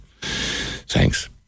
Thanks